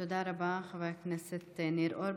תודה רבה, חבר הכנסת ניר אורבך.